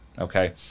Okay